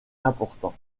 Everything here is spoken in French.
important